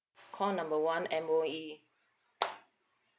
call number one M_O_E